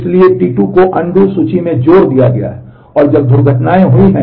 इसलिए आपने T2 को अनडू में हैं